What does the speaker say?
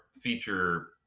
feature